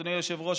אדוני היושב-ראש,